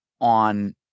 on